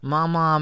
Mama